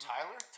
Tyler